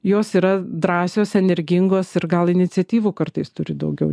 jos yra drąsios energingos ir gal iniciatyvų kartais turi daugiau